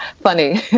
funny